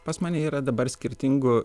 pas mane yra dabar skirtingų